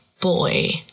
boy